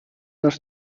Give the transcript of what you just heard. нар